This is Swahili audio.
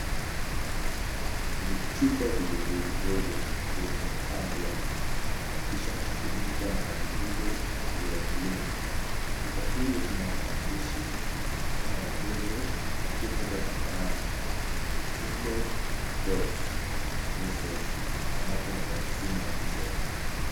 Vichupa vidogo vidogo vimepangwa kisha kufunikwa na vidude vya buluu. Chupa hizi zina maandishi kama vile lakini yote yanafanana single dose measles maana yake ni vaccine ya measles .